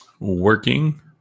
working